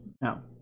No